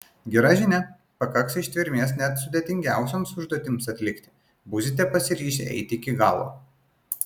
gera žinia pakaks ištvermės net sudėtingiausioms užduotims atlikti būsite pasiryžę eiti iki galo